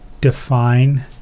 define